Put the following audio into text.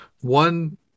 One